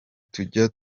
tujya